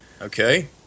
Okay